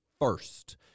first